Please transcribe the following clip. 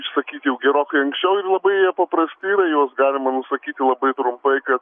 išsakyti jau gerokai anksčiau ir labai jie paprasti yra juos galima nusakyti labai trumpai kad